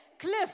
Cliff